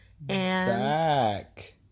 Back